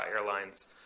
Airlines